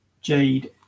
Jade